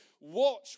watch